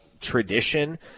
tradition